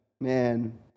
Man